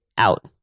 out